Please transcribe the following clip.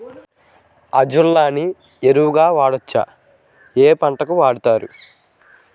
Azolla ని ఎరువు గా వాడొచ్చా? ఏ పంటలకు వాడతారు?